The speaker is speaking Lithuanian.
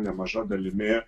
nemaža dalimi